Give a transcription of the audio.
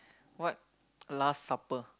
what last supper